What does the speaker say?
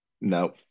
No